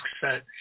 set